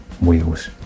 wheels